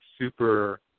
super